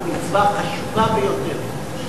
היא מצווה חשובה ביותר.